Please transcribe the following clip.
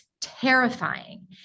terrifying